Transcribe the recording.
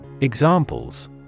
Examples